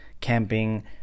camping